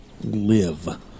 live